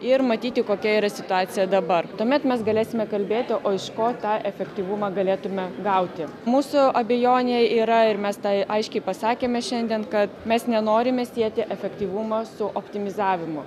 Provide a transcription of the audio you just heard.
ir matyti kokia yra situacija dabar tuomet mes galėsime kalbėti o iš ko tą efektyvumą galėtume gauti mūsų abejonė yra ir mes tai aiškiai pasakėme šiandien kad mes nenorime sieti efektyvumo su optimizavimu